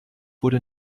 wurde